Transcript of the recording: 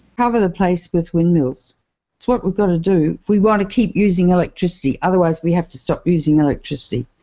cover the place with windmills. it's what we got to do, if we want to keep using electricity! otherwise, we have to stop using electricity.